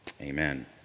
amen